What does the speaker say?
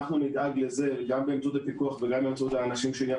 נדאג לזה גם באמצעות הפיקוח ובאמצעות האנשים שלי,